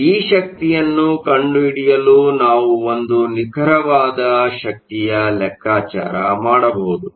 ಆದ್ದರಿಂದ ಈ ಶಕ್ತಿಯನ್ನು ಕಂಡುಹಿಡಿಯಲು ನಾವು ಒಂದು ನಿಖರವಾದ ಶಕ್ತಿಯ ಲೆಕ್ಕಾಚಾರ ಮಾಡಬಹುದು